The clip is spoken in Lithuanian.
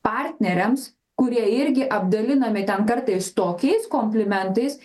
partneriams kurie irgi apdalinami ten kartais tokiais komplimentais